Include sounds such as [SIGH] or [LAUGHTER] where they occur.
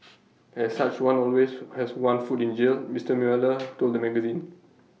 as such one always has one foot in jail Mister Mueller [NOISE] told the magazine